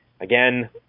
Again